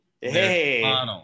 Hey